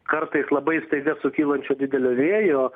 kartais labai staiga sukylančio didelio vėjo